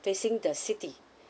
facing the city